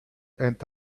end